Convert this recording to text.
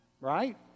Right